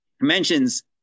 mentions